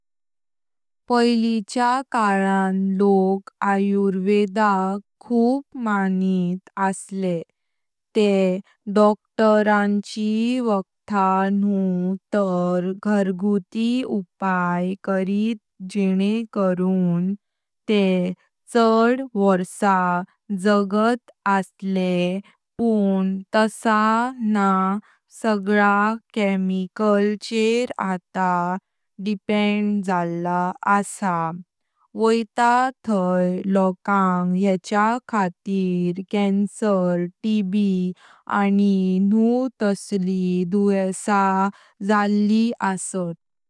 पहिलच्या काळान लोक आयुर्वेदाक खूप मानित असले ते डॉक्टर ची वेळ नुकु ताऱ घरगुती उपाय करित जेनें करून ते शाड वर्षां जगांत असले पण तसां न्हा सगला केमिकल चर डिपेन्ड झालां आसा। वोइतात थंय लोकांग येच्या खातीर कॅन्सर, टीबी, आनी नहीं नहीं तश्ली दुस्वेसां जाळी असत।